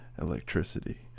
electricity